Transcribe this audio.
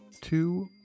two